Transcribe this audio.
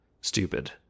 stupid